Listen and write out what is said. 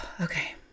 Okay